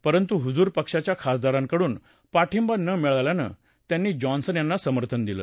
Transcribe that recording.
परंतु हुजूर पक्षाच्या खासदारांकडून पाठिंबा न मिळाल्यानं त्यांनी जॉन्सन यांना समर्थन दिलं